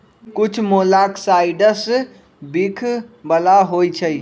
कुछ मोलॉक्साइड्स विख बला होइ छइ